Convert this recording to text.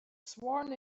sworn